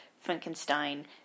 Frankenstein